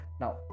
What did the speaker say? now